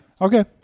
Okay